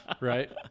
Right